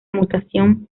mutación